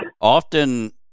Often